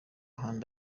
kandi